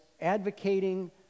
advocating